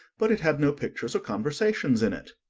but it had no pictures or conversations in it,